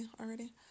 already